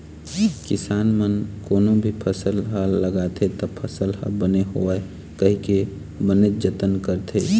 किसान मन कोनो भी फसल ह लगाथे त फसल ह बने होवय कहिके बनेच जतन करथे